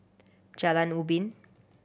Jalan Ubin